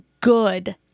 good